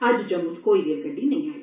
अज्ज जम्मू च कोई रेल गड्डी नेई आई